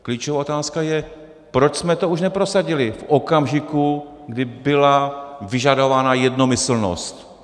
Klíčová otázka je, proč jsme to už neprosadili v okamžiku, kdy byla vyžadovaná jednomyslnost.